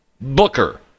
Booker